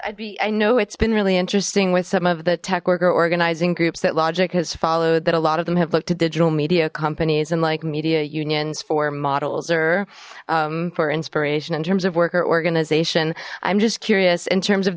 companies i know it's been really interesting with some of the tech worker organizing groups that logic has followed that a lot of them have looked to digital media companies and like media unions for models or for inspiration in terms of worker organization i'm just curious in terms of